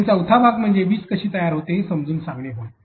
आणि चौथा भाग म्हणजे वीज कशी तयार होते ते समजावून सांगणे होय